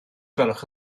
gwelwch